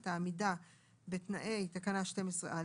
את העמידה בתנאי תקנה 12א,